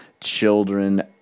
children